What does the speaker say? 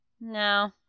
No